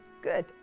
good